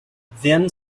then